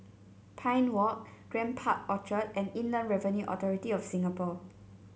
Pine Walk Grand Park Orchard and Inland Revenue Authority of Singapore